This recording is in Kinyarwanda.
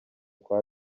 kwa